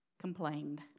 complained